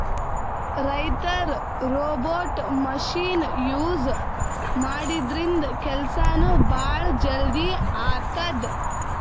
ರೈತರ್ robot machine use ಮಾಡದ್ರಿನ್ದ ಕೆಲ್ಸನೂ ಭಾಳ್ ಜಲ್ದಿ ಆತದ್